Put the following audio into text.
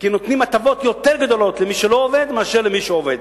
כי נותנים הטבות יותר גדולות למי שלא עובד מאשר למי שעובד,